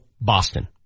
Boston